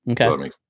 Okay